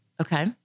Okay